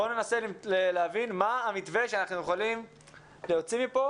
בואו ננסה להבין מה המתווה שאנחנו יכולים להוציא מפה